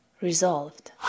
resolved